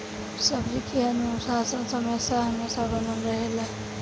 सब्जी के नुकसान के समस्या हमेशा बनल रहेला